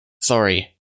Sorry